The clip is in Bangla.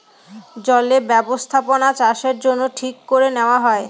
জলে বস্থাপনাচাষের জন্য ঠিক করে নেওয়া হয়